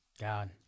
God